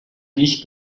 nicht